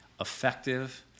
effective